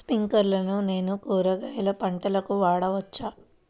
స్ప్రింక్లర్లను నేను కూరగాయల పంటలకు వాడవచ్చా?